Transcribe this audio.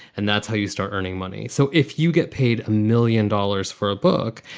and that's how you start earning money. so if you get paid a million dollars for a book,